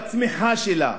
בצמיחה שלה,